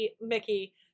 Mickey